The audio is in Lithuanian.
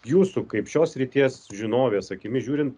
jūsų kaip šios srities žinovės akimis žiūrin